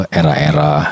era-era